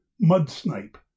mud-snipe